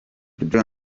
jojo